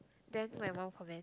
then my mom comment